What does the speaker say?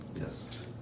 Yes